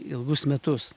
ilgus metus